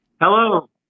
Hello